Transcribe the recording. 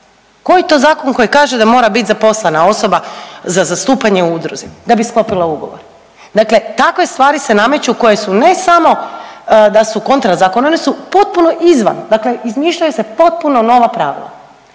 Koji je to zakon koji kaže da da mora biti zaposlena osoba za zastupanje u udruzi da bi sklopila ugovor. Dakle, takve stvari se nameću koje su ne samo da su kontra zakona, one su potpuno izvan. Dakle, izmišljaju se potpuno nova pravila.